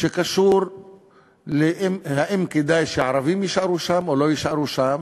שקשור לכך אם כדאי שהערבים יישארו שם או לא יישארו שם.